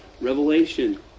revelation